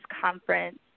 conference